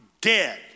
dead